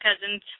cousins